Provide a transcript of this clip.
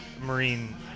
marine